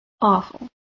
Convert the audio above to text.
awful